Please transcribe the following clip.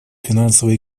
финансово